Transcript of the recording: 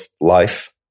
life